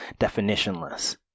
definitionless